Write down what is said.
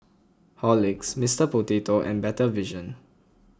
Horlicks Mister Potato and Better Vision